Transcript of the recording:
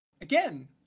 Again